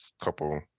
couple